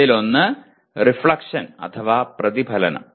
അതിലൊന്നാണ് റിഫ്ലക്ഷൻ അഥവാ പ്രതിഫലനം